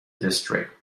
district